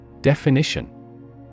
Definition